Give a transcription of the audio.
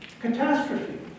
catastrophe